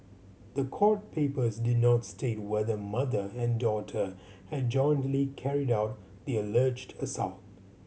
the court papers did not state whether mother and daughter had jointly carried out the alleged assault